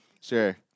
Sure